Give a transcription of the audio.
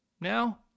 now